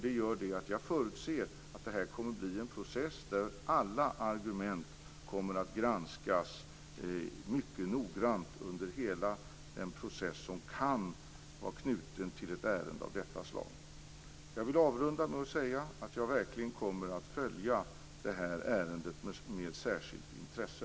Det gör att jag förutser att detta kommer att bli ett ärende där alla argument granskas mycket noggrant under hela den process son kan vara knuten till ett ärende av detta slag. Jag vill avrunda med att säga att jag verkligen kommer att följa det här ärendet med särskilt intresse.